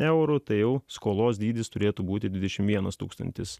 eurų tai jau skolos dydis turėtų būti dvidešim vienas tūkstantis